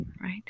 Right